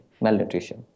malnutrition